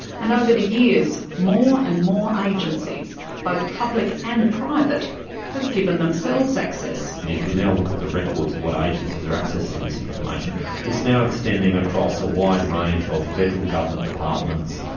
and over the years, more and more agencies both public and private have given themselves access. and if you now look at the records for what agencies are accessing this information it's now extending across a wide range of federal government departments,